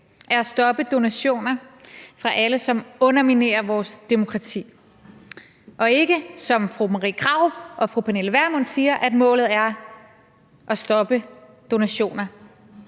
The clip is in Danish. er at stoppe donationer fra alle, som underminerer vores demokrati, og ikke, som fru Marie Krarup og fru Pernille Vermund siger, at stoppe donationer